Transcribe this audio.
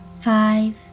five